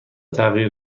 تغییر